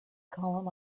column